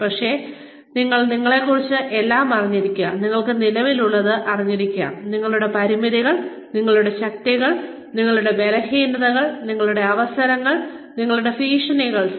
കൂടാതെ നിങ്ങൾ നിങ്ങളെ കുറിച്ച് എല്ലാം അറിഞ്ഞിരിക്കുക നിങ്ങൾക്ക് നിലവിൽ ഉള്ളത് അറിഞ്ഞിരിക്കുക നിങ്ങളുടെ പരിമിതികൾ നിങ്ങളുടെ ശക്തികൾ നിങ്ങളുടെ ബലഹീനതകൾ നിങ്ങളുടെ അവസരങ്ങൾ നിങ്ങളുടെ ഭീഷണികൾ